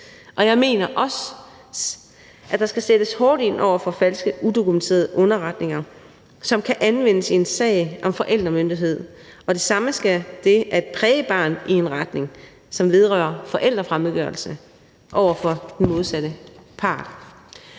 Jeg mener også, at der skal sættes hårdt ind over for falske, udokumenterede underretninger, som kan anvendes i en sag om forældremyndighed; og det samme skal ske, hvis man præger barnet i en retning, som skaber forælderfremmedgørelse i forhold til den modsatte part.